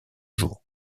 jour